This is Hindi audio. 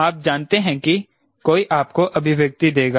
आप जानते हैं कि कोई आपको अभिव्यक्ति देगा